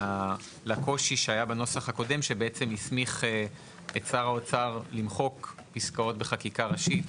לקושי שהיה בנוסח הקודם שהסמיך את שר האוצר למחוק פסקאות בחקיקה ראשית,